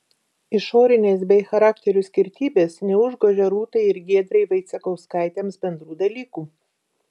išorinės bei charakterių skirtybės neužgožia rūtai ir giedrei vaicekauskaitėms bendrų dalykų